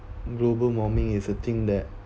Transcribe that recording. global warming is a thing that